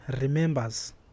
remembers